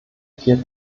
viel